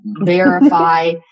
verify